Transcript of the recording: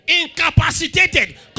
incapacitated